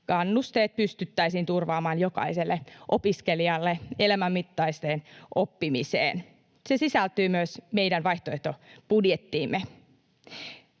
kannusteet pystyttäisiin turvaamaan jokaiselle opiskelijalle elämänmittaiseen oppimiseen. Se sisältyy myös meidän vaihtoehtobudjettiimme.